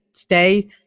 Stay